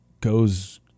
goes